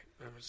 right